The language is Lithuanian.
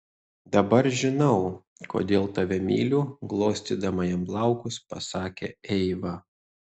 dabar žinau kodėl tave myliu glostydama jam plaukus pasakė eiva